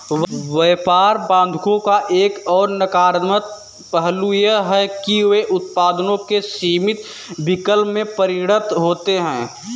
व्यापार बाधाओं का एक और नकारात्मक पहलू यह है कि वे उत्पादों के सीमित विकल्प में परिणत होते है